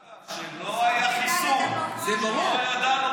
אגב, כשלא היה חיסון, כשלא ידענו בכלל.